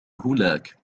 هناك